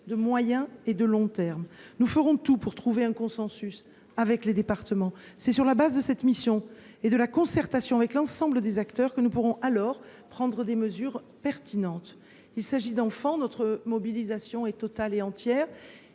de moyen et de long terme. Nous ferons tout pour trouver un consensus avec les départements. C’est sur la base de cette mission et dans la concertation avec l’ensemble des acteurs que nous pourrons prendre des mesures pertinentes. Il s’agit d’enfants ; notre mobilisation est totale et entière.